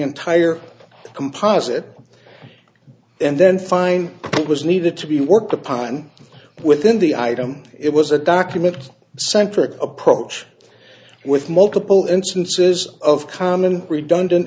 entire composite and then find it was needed to be worked upon within the item it was a document centric approach with multiple instances of common redundant